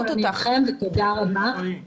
לפני כחמישה חודשים מסרטן ריאה ואני פה,